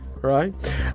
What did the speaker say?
right